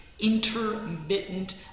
intermittent